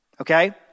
Okay